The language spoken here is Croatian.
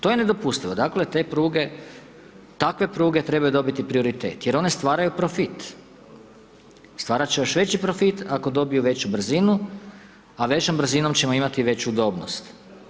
To je nedopustivo, dakle, te pruge, takve pruge trebaju dobiti prioritet, jer one stvaraju profit, stvaraju još veći profit, ako dobiju veću brzinu, a većom brzinom ćemo imati veću udobnost.